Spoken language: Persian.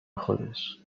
خودش